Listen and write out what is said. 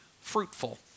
fruitful